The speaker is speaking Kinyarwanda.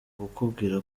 kukubwira